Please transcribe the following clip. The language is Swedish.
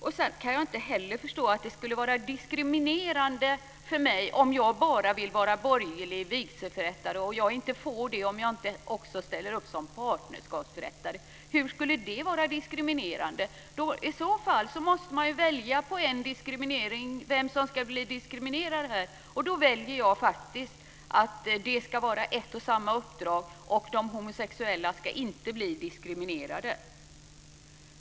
Jag kan inte heller förstå att det skulle vara diskriminerande för mig om jag bara vill vara borgerlig vigselförrättare och inte får det om jag inte också ställer upp som partnerskapsförrättare. Hur skulle det vara diskriminerande? I så fall måste man välja vem som ska bli diskriminerad. Då väljer jag faktiskt att det ska vara ett och samma uppdrag och att de homosexuella inte ska bli diskriminerade.